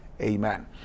amen